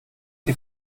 die